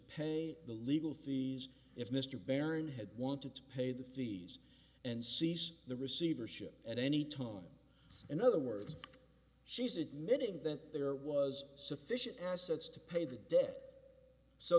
pay the legal fees if mr barron had wanted to pay the fees and seize the receivership at any tome in other words she's admitting that there was sufficient assets to pay the debt so